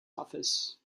office